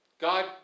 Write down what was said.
God